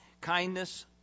kindness